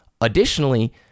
Additionally